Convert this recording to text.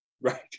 Right